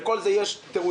לכל זה יש תירוצים,